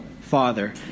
father